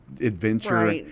adventure